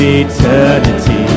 eternity